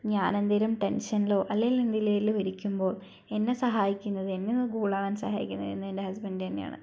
ഞാൻ എന്തെങ്കിലും ടെൻഷനിലോ അല്ലെങ്കിൽ എന്തിലെങ്കിലും ഇരിക്കുമ്പോൾ എന്നെ സഹായിക്കുന്നത് എന്നെ ഒന്ന് കൂളാവാൻ സഹായിക്കുന്നത് എന്നും എൻ്റെ ഹസ്ബന്റ് തന്നെയാണ്